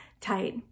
tight